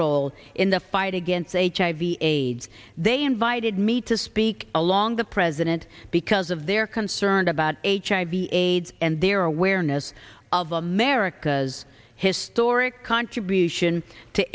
role in the fight against hiv aids they invited me to speak along the president because of their concerned about hiv aids and their awareness of america's historic contribution to